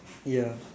ya